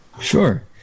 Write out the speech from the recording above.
Sure